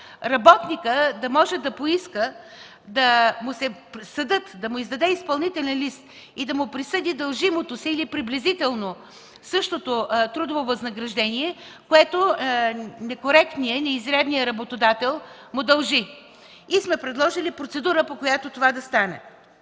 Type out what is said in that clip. работникът да може да поиска съдът да му издаде изпълнителен лист, да му присъди дължимото се или приблизително същото трудово възнаграждение, което неизрядният работодател му дължи. Предложили сме процедура, по която да стане